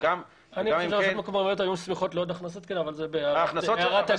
וגם אם כן ----- סמוכות לעוד הכנסות אבל זה בהערת אגב.